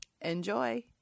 Enjoy